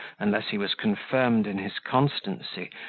unless he was confirmed in his constancy,